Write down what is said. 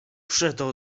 przeto